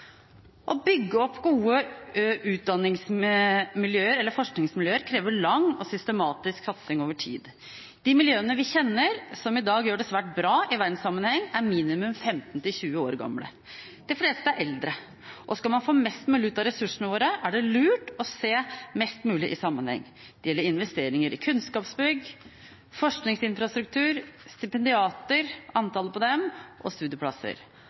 Å bygge opp gode forskningsmiljøer krever lang og systematisk satsing over tid. De miljøene vi kjenner som i dag gjør det svært bra i verdenssammenheng, er minimum 15–20 år gamle. De fleste er eldre. Og skal man få mest mulig ut av ressursene våre, er det lurt å se mest mulig i sammenheng. Det gjelder investeringer i kunnskapsbygg, forskningsinfrastruktur, antallet stipendiater og studieplasser.